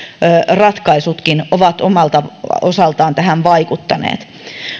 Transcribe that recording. ratkaisutkin ovat omalta osaltaan tähän vaikuttaneet